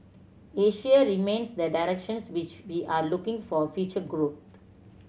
Asia remains the directions which we are looking for future grow